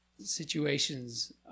situations